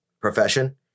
profession